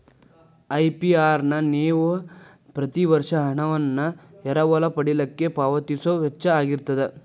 APR ನ ನೇವ ಪ್ರತಿ ವರ್ಷ ಹಣವನ್ನ ಎರವಲ ಪಡಿಲಿಕ್ಕೆ ಪಾವತಿಸೊ ವೆಚ್ಚಾಅಗಿರ್ತದ